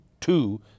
two